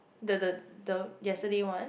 the the the yesterday one